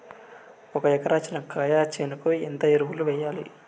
ఒక ఎకరా చెనక్కాయ చేనుకు ఎంత ఎరువులు వెయ్యాలి?